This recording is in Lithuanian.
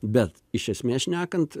bet iš esmės šnekant